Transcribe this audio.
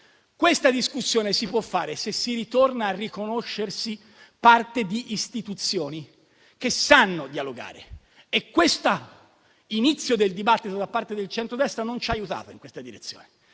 questa discussione si può fare se si ritorna a riconoscersi parte di istituzioni che sanno dialogare e questo inizio del dibattito da parte del centrodestra non ci ha aiutati in tale direzione.